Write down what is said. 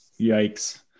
Yikes